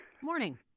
Morning